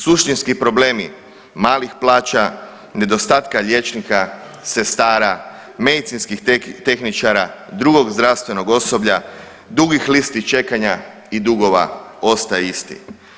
Suštinski problemi malih plaća, nedostatka liječnika, sestara, medicinskih tehničara, drugog zdravstvenog osoblja, dugih listi čekanja i dugova ostaje isti.